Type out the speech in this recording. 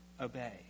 obey